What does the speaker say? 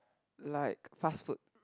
like fast food